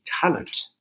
talent